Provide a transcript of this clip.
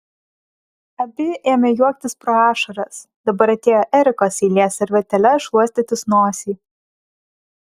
abi ėmė juoktis pro ašaras dabar atėjo erikos eilė servetėle šluostytis nosį